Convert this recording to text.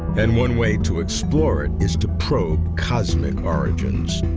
and one way to explore it is to probe cosmic origins.